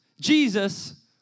Jesus